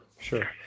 sure